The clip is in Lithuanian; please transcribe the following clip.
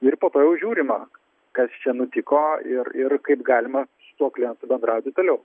ir po to jau žiūrima kas čia nutiko ir ir kaip galima su tuo klientu bendrauti toliau